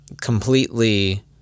completely